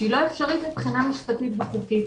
שהיא לא אפשרית מבחינה משפטית וחוקית.